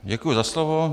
Děkuji za slovo.